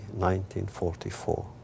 1944